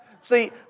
See